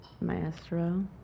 Maestro